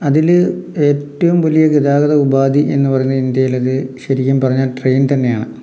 അതിൽ ഏറ്റവും വലിയ ഗതാഗത ഉപാധി എന്നു പറയുന്നത് ഇന്ത്യയിൽ അത് ശരിക്കും പറഞ്ഞാൽ ട്രെയിൻ തന്നെയാണ്